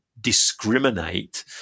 discriminate